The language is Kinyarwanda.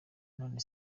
none